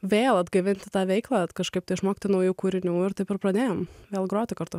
vėl atgaivinti tą veiklą kažkaip išmokti naujų kūrinių ir taip ir pradėjome vėl groti kartu